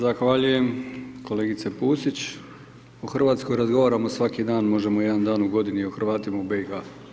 Zahvaljujem kolegice Pusić, o Hrvatskoj razgovaramo svaki dan možemo i jedan dan u godini i o Hrvatima u BiH.